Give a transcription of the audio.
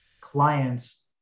client's